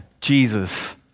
Jesus